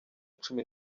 cumi